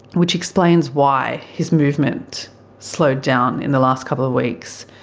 which explains why his movement slowed down in the last couple of weeks.